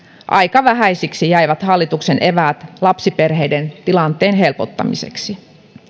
aika vähäisiksi jäivät hallituksen eväät lapsiperheiden tilanteen helpottamiseksi